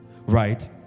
right